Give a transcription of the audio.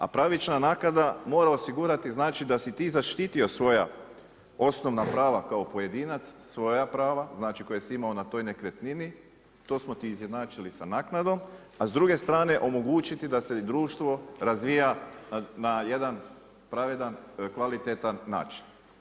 A pravična naknada mora osigurati da si ti zaštitio svoja osnovna prava kao pojedinac, svoja prava, znači koja si imao na toj nekretnini, to smo ti izjednačili sa naknadom, a s druge strane omogućiti da se društvo razvija na jedan pravedan, kvalitetan način.